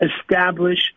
establish